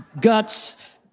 guts